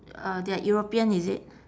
uh they are european is it